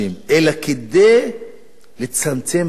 אלא כדי לצמצם פערים